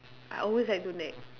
I always like to nag